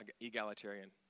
egalitarian